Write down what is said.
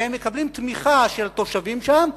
והם מקבלים תמיכה של התושבים שם,